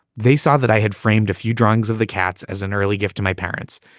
they saw that i had framed a few drawings of the cats as an early gift to my parents.